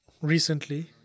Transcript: Recently